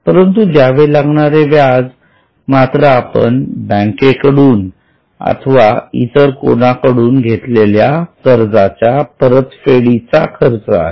परंतु द्यावे लागणारे व्याज मात्र आपण बँकेकडून अथवा इतर कोणाकडून घेतलेल्या कर्जाच्या परतफेडीचा खर्च आहे